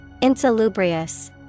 Insalubrious